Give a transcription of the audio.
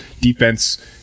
Defense